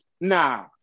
nah